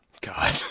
God